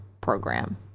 program